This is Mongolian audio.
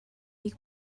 нэг